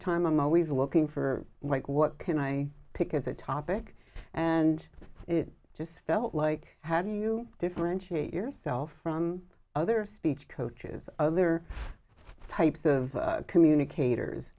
time i'm always looking for like what can i pick as a topic and it just felt like how do you differentiate yourself from other speech coaches other sites of communicators